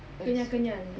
kenyal kenyal